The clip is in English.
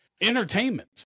Entertainment